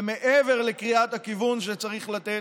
ומעבר לקריאת הכיוון שצריך לתת,